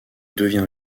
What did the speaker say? devient